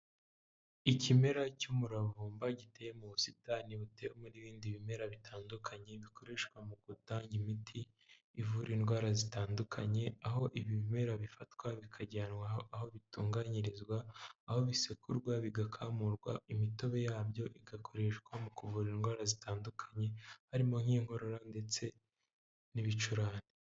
Ikimera cy'umuravumba giteye mu busitani buteyemo n'ibindi bimera bitandukanye, bikoreshwa mu gutanga imiti ivura indwara zitandukanye, aho ibimera bifatwa bikajyanwa aho bitunganyirizwa, aho bisekurwa bigakamurwa imitobe yabyo igakoreshwa mu kuvura indwara zitandukanye, harimo nk'inkorora ndetse n'ibicurane.